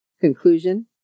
Conclusion